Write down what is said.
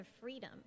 freedom